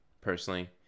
personally